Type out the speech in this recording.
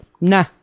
nah